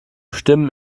stimmen